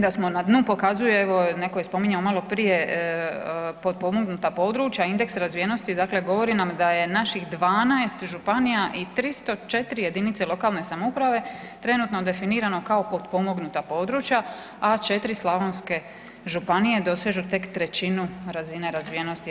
Da smo na dnu pokazuje evo netko je spominjao malo prije potpomognuta područja, indeks razvijenosti dakle govori nam da je naših 12 županija i 304 jedinice lokalne samouprave trenutno definirano kao potpomognuta područja, a 4 slavonske županije dosežu tek trećinu razine razvijenosti EU.